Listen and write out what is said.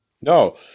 no